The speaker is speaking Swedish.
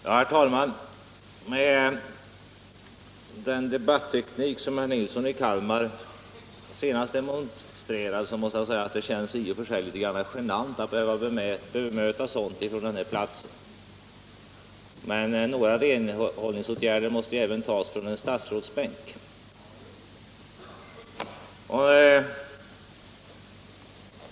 Herr talman! Det känns litet genant att från den här platsen behöva bemöta herr Nilssons i Kalmar senaste inlägg med den debatteknik som han där demonstrerade. Men några renhållningsåtgärder måste vidtas även från en statsrådsbänk.